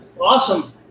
awesome